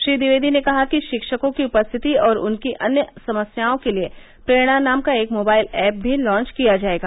श्री ट्विवेदी ने कहा कि शिक्षकों की उपस्थिति और उनकी अन्य समस्याओं के लिये प्रेरणा नाम का एक मोबाइल ऐप भी लॉन्च किया जायेगा